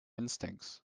instincts